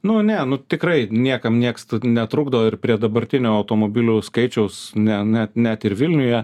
nu ne nu tikrai niekam nieks netrukdo ir prie dabartinio automobilių skaičiaus ne ne net ir vilniuje